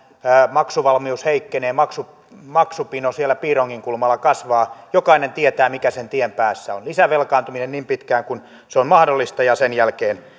maksuvalmius heikkenee maksupino siellä piirongin kulmalla kasvaa jokainen tietää mikä sen tien päässä on lisävelkaantuminen niin pitkään kuin se on mahdollista ja sen jälkeen